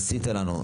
עשית לנו.